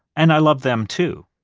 and i love them, too.